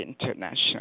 International